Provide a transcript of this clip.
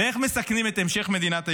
ואיך מסכנים את המשך מדינת היהודים?